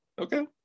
okay